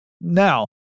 Now